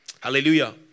Hallelujah